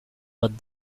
but